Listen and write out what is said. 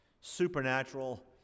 supernatural